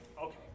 okay